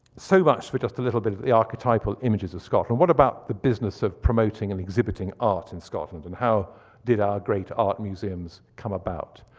so much for just a little bit of the archetypal images of scotland. what about the business of promoting and exhibiting art in scotland, and how did our great art museums come about.